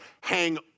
hang